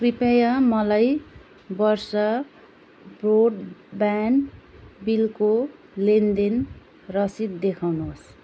कृपया मलाई वर्ष ब्रोडबेन्ड बिलको लेनदेन रसिद देखाउनुहोस्